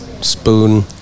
spoon